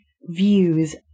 views